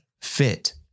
fit